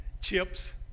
chips